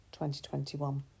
2021